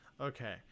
Okay